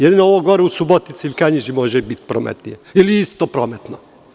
Jedino ovo gore u Subotici ili Kanjiži može biti prometnije ili je isto prometno.